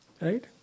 right